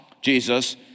Jesus